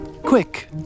Quick